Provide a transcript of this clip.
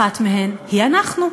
אחת מהן היא אנחנו.